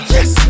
Yes